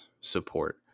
support